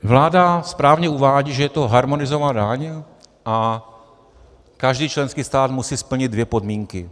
Vláda správně uvádí, že je to harmonizovaná daň a každý členský stát musí splnit dvě podmínky.